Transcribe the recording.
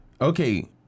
okay